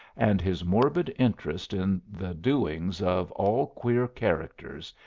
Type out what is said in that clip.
and his morbid interest in the doings of all queer characters,